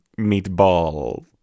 Meatball